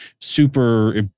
super